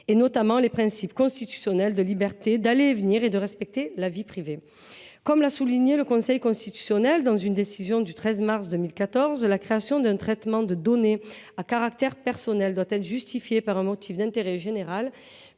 notamment les principes constitutionnels de liberté d’aller et venir et de respect de la vie privée, devrait être établie. Comme l’a souligné le Conseil constitutionnel dans sa décision du 13 mars 2014, la création d’un traitement de données à caractère personnel doit être justifiée par un motif d’intérêt général